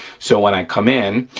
so when i come in,